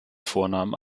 vorname